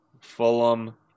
Fulham